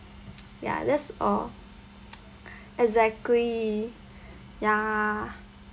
ya that's all exactly ya